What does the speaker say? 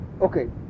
Okay